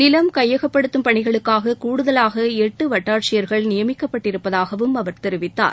நிலம் கையகப்படுத்தும் பணிகளுக்கூக கூடுதலாக எட்டு வட்டாட்சியர்கள் நியமிக்கப்பட்டிருப்பதாகவும் அவர் தெரிவித்தார்